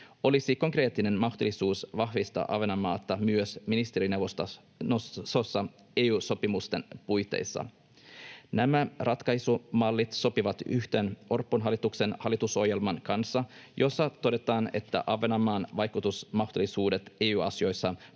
olisi konkreettinen mahdollisuus vahvistaa Ahvenanmaata myös ministerineuvostossa EU-sopimusten puitteissa. Nämä ratkaisumallit sopivat yhteen Orpon hallituksen hallitusohjelman kanssa, jossa todetaan, että Ahvenanmaan vaikutusmahdollisuudet EU-asioissa turvataan